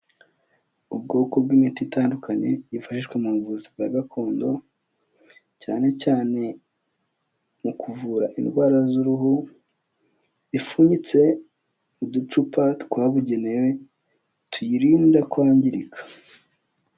Ubwoko bw'imiti itandukanye yifashishwa mu buvuzi bwa gakondo cyane cyane mu kuvura indwara z'uruhu, ifunyitse mu ducupa twabugenewe tuyirinda kwangirika.